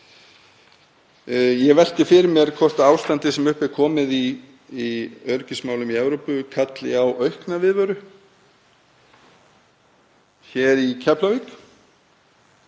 Ég velti fyrir mér hvort ástandið sem upp er komið í öryggismálum í Evrópu kalli á aukna viðveru í Keflavík